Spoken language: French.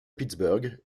pittsburgh